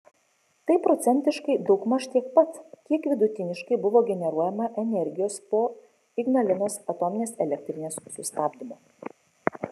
tai procentiškai daugmaž tiek pat kiek vidutiniškai buvo generuojama energijos po iae sustabdymo